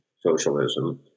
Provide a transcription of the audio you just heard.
socialism